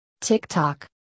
TikTok